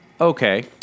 Okay